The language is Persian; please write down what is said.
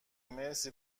مرسی